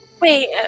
wait